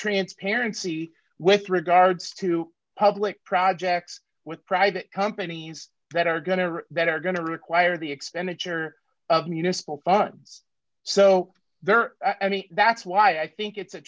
transparency with regards to public projects with private companies that are going to that are going to require the expenditure of municipal funds so there i mean that's why i think it's a